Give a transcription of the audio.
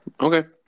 Okay